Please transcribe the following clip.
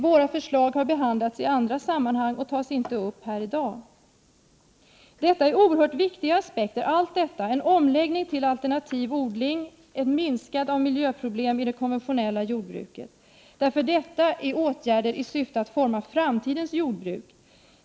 Våra förslag har behandlats i andra sammanhang och tas inte upp här i dag. Allt detta är oerhört viktiga aspekter: en omläggning till alternativ odling, en minskning av miljöproblemen i det konventionella jordbruket. Detta är åtgärder i syfte att forma framtidens jordbruk.